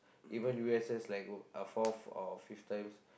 even U_S_S like fourth or fifth times